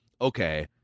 okay